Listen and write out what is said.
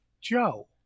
Joe